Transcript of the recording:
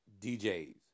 DJs